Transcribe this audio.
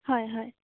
হয় হয়